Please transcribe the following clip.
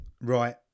Right